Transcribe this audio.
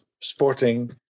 sporting